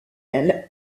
elle